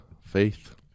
faith